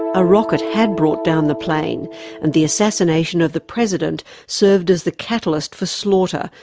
a rocket had brought down the plane and the assassination of the president served as the catalyst for slaughter,